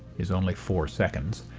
is only four seconds.